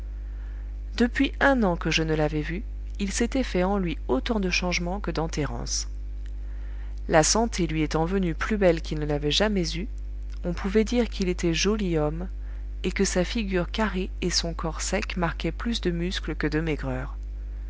depuis un an que je ne l'avais vu il s'était fait en lui autant de changement que dans thérence la santé lui étant venue plus belle qu'il ne l'avait jamais eue on pouvait dire qu'il était joli homme et que sa figure carrée et son corps sec marquaient plus de muscles que de maigreur